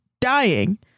dying